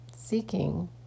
Seeking